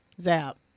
Zap